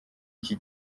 iki